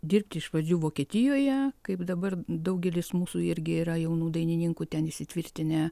dirbti iš pradžių vokietijoje kaip dabar daugelis mūsų irgi yra jaunų dainininkų ten įsitvirtinę